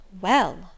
Well